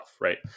right